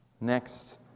Next